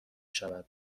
شود